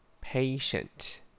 patient